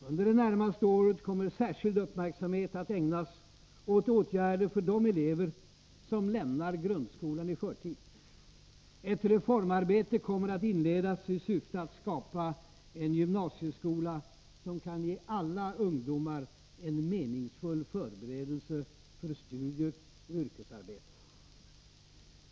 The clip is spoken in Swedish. Under det närmaste året kommer särskild uppmärksamhet att ägnas åt åtgärder för de elever som lämnar grundskolan i förtid. Ett reformarbete kommer att inledas i syfte att skapa en gymnasieskola som kan ge alla ungdomar en meningsfull förberedelse för studier och yrkesarbete.